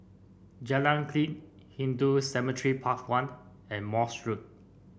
Jalan Klinik Hindu Cemetery Path one and Morse Road